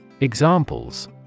Examples